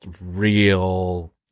real